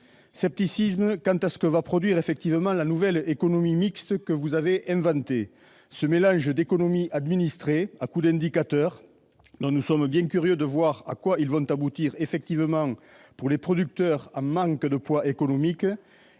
Scepticisme quant à ce que produira effectivement la nouvelle économie mixte que vous avez inventée, ce mélange d'économie administrée à coup d'indicateurs, dont nous sommes bien curieux de voir à quoi ils aboutiront pour les producteurs en manque de poids économique,